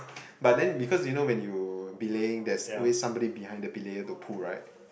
but then because you know when you belaying there's always somebody behind the belayer to pull right